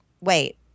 wait